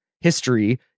history